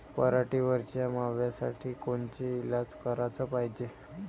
पराटीवरच्या माव्यासाठी कोनचे इलाज कराच पायजे?